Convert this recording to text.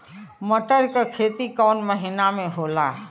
मटर क खेती कवन महिना मे होला?